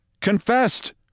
confessed